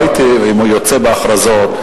לא הייתי יוצא בהכרזות,